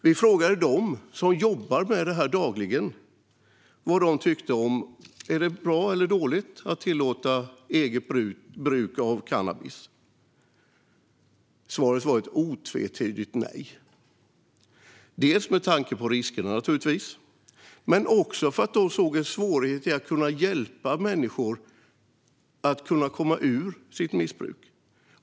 Vi frågade dem som jobbar med det här dagligen om de tycker att det är bra att tillåta eget bruk av cannabis. Svaret var ett otvetydigt nej, dels med tanke på riskerna naturligtvis, dels för att de ser en svårighet i att kunna hjälpa människor att komma ur sitt missbruk.